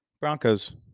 Broncos